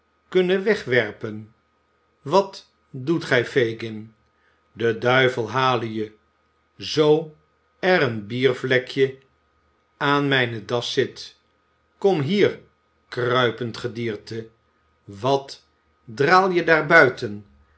kunnen wegwerpen wat doet gij fagin de duivel hale je zoo er een biervlekje aan mijne das zit kom hier kruipend gedierte wat draal je daar